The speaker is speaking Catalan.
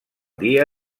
dia